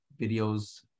videos